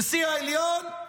נשיא העליון,